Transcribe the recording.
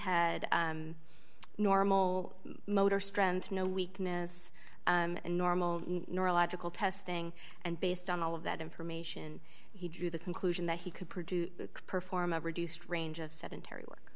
had normal motor strength no weakness and normal neurological testing and based on all of that information he drew the conclusion that he could produce perform a reduced range of sedentary work